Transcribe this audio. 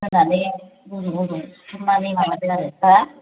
होनानै खोबनानै माबादो आरो हा